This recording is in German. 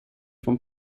vom